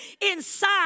inside